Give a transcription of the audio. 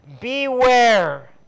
beware